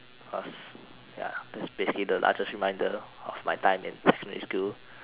cause ya the space is the largest reminder of my time in secondary school